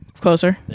closer